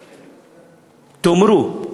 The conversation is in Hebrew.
תאמרו: